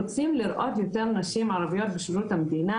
רוצים לראות יותר נשים ערביות בשירות המדינה,